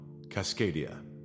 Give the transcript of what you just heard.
Cascadia